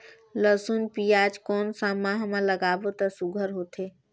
लसुन पियाज कोन सा माह म लागाबो त सुघ्घर होथे?